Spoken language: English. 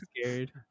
scared